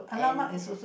and